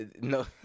No